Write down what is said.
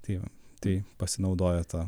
tai va tai pasinaudoja ta